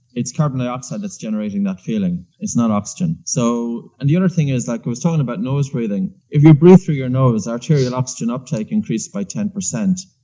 it's carbon dioxide that's generating that feeling it's not oxygen, so. and the other thing is, i like was talking about nose breathing if you breathe through your nose arterial oxygen uptake increases by ten percent,